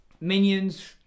Minions